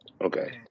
Okay